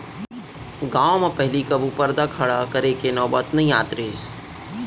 गॉंव म पहिली कभू परदा खड़ा करे के नौबत नइ आत रहिस